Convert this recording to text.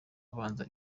abanza